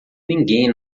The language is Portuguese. ninguém